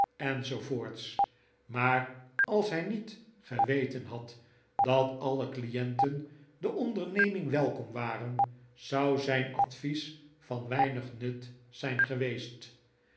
maar als hij niet geweten had dat alle clienten de onderneming welkom waren zou zijn advies van weinig nut zijn geweest